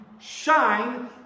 shine